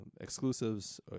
exclusives